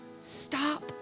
Stop